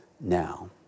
now